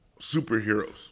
superheroes